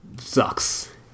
sucks